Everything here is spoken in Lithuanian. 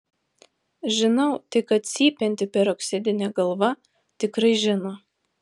žinau tik kad cypianti peroksidinė galva tikrai žino